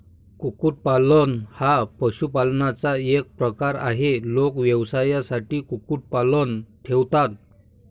कुक्कुटपालन हा पशुपालनाचा एक प्रकार आहे, लोक व्यवसायासाठी कुक्कुटपालन ठेवतात